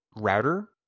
router